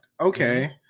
Okay